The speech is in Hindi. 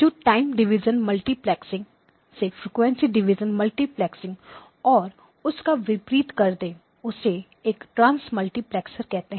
जो टाइम डिवीजन मल्टीप्लेक्सिंग से फ्रिक्वेंसी डिवीजन मल्टीप्लेक्सिंग और उसका विपरीत कर दे उसे एक ट्रांसमल्टीप्लेक्सर कहते है